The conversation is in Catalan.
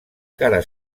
cara